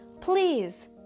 Please